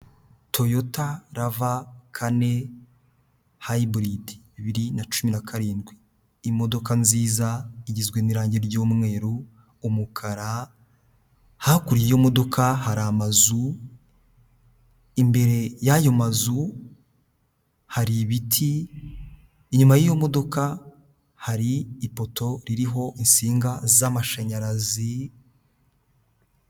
Toyota rava kane hayiburide bibiri na cumi na karindwi. Imodoka nziza igizwe n'irange ry'umweru, umukara, hakurya y'iyo modoka hari amazu, imbere y'ayo mazu hari ibiti, inyuma y'iyo modoka hari ipoto ririho insinga z'amashanyarazi...